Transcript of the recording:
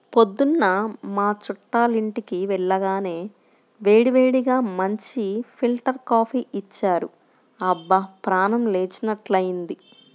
పొద్దున్న మా చుట్టాలింటికి వెళ్లగానే వేడివేడిగా మంచి ఫిల్టర్ కాపీ ఇచ్చారు, అబ్బా ప్రాణం లేచినట్లైంది